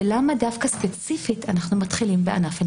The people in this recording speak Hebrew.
ולמה דווקא ספציפית אנחנו מתחילים בענף הניקיון.